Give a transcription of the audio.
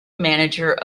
manager